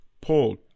pulled